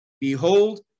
Behold